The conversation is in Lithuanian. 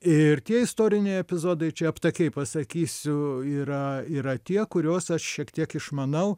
ir tie istoriniai epizodai čia aptakiai pasakysiu yra yra tie kuriuos aš šiek tiek išmanau